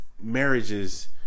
Marriages